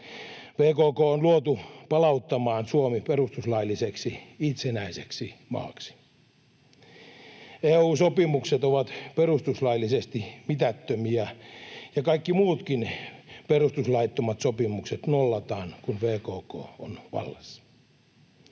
VKK on luotu palauttamaan Suomi perustuslailliseksi, itsenäiseksi maaksi. EU-sopimukset ovat perustuslaillisesti mitättömiä, ja kaikki muutkin perustuslaittomat sopimukset nollataan, kun VKK on vallassa.